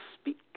speak